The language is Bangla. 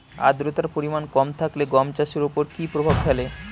আদ্রতার পরিমাণ কম থাকলে গম চাষের ওপর কী প্রভাব ফেলে?